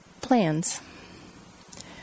plans